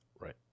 Right